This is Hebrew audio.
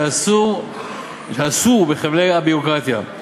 שאסור בחבלי הביורוקרטיה.